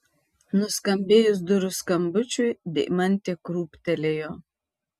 nuskambėjus durų skambučiui deimantė krūptelėjo